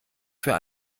für